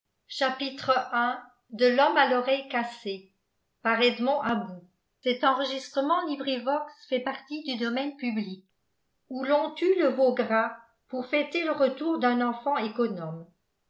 i où l'on tue le veau gras pour fêter le retour d'un enfant économe